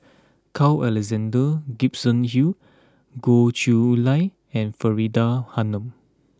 Carl Alexander Gibson Hill Goh Chiew Lye and Faridah Hanum